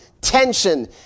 tension